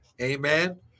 Amen